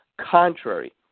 contrary